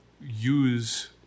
use